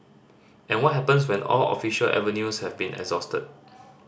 and what happens when all official avenues have been exhausted